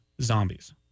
Zombies